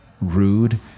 rude